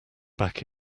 back